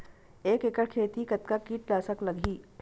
एक एकड़ खेती कतका किट नाशक लगही?